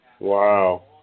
Wow